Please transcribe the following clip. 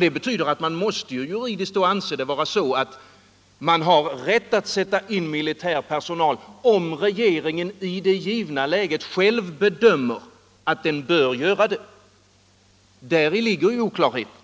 Det betyder att man juridiskt måste anse det vara rätt att sätta in militär personal om regeringen i det givna läget själv bedömer att den bör göra det. Däri ligger oklarheten.